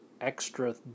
extra